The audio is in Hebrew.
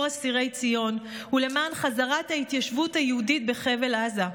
אסירי ציון ולמען חזרת ההתיישבות היהודית בחבל עזה.